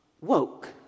woke